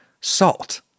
salt